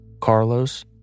Carlos